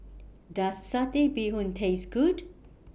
Does Satay Bee Hoon Taste Good